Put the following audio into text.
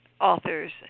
authors